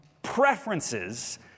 preferences